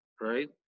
right